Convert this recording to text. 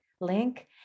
link